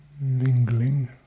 Mingling